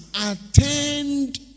attend